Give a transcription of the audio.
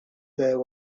there